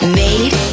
made